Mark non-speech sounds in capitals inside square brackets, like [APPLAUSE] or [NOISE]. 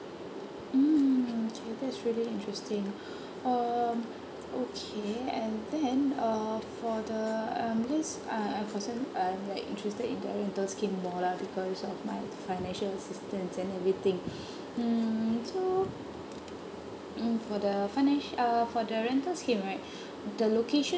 mm okay that's really interesting [BREATH] um okay and then uh for the um list uh uh unfortunately I'm like interested in the rental scheme more lah because of my financial assistance and everything [BREATH] mm so mm for the financi uh for the rental scheme right the location